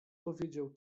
powiedział